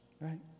right